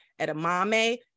edamame